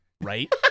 right